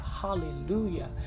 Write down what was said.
hallelujah